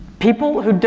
people who don't,